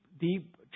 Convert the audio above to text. deep